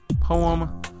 poem